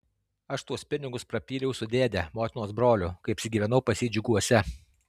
aš tuos pinigus prapyliau su dėde motinos broliu kai apsigyvenau pas jį džiuguose